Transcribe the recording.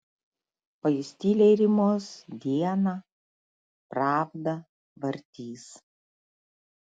o jis tyliai rymos dieną pravdą vartys